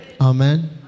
Amen